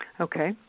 Okay